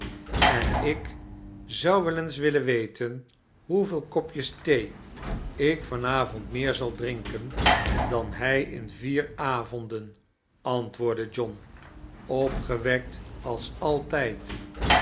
en ik zou wel eens willen weten hoeveel kopjes thee ik van avond meer zal drinken dan hij in vier avonden antwoordde john opgewekt als altijd